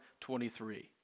23